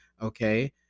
Okay